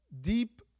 deep